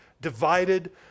divided